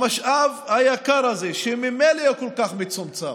המשאב היקר הזה, שממילא הוא כל כך מצומצם.